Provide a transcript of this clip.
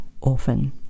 orphan